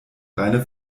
reine